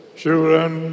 children